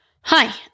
Hi